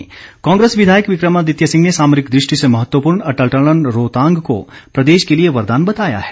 विक्रमादित्य कांग्रेस विधायक विक्रमादित्य सिंह ने सामरिक दृष्टि से महत्वपूर्ण अटल टनल रोहतांग को प्रदेश के लिए वरदान बताया है